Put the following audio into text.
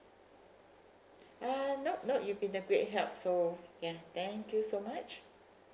uh nope nope you've been a great help so ya thank you so much